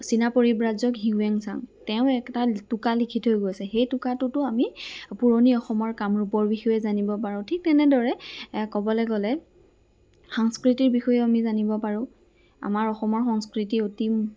চীনা পৰিব্ৰাজক Hiuen Tsang তেওঁ এটা টোকা লিখি থৈ গৈছে সেই টোকটোতো আমি পুৰণি অসমৰ কামৰূপৰ বিষয়ে জানিব পাৰোঁ ঠিক তেনেদৰে এ ক'বলৈ গ'লে সাংস্কৃতিৰ বিষয়েও আমি জানিব পাৰোঁ আমাৰ অসমৰ সংস্কৃতি অতি